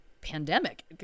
pandemic